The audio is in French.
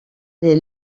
les